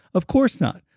of course not.